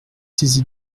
saisie